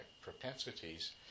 propensities